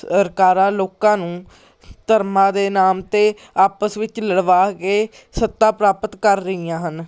ਸਰਕਾਰਾਂ ਲੋਕਾਂ ਨੂੰ ਧਰਮਾਂ ਦੇ ਨਾਮ 'ਤੇ ਆਪਸ ਵਿੱਚ ਲੜਵਾ ਕੇ ਸੱਤਾ ਪ੍ਰਾਪਤ ਕਰ ਰਹੀਆਂ ਹਨ